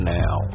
now